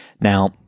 now